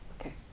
Okay